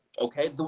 Okay